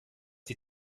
die